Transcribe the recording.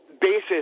basis